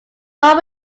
more